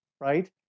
right